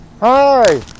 Hi